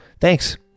thanks